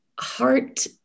Heart